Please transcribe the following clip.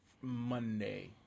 Monday